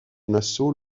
nassau